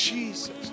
Jesus